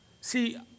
See